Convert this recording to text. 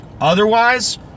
Otherwise